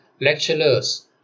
Lecturers